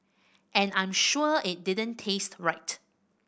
and I'm sure it didn't taste right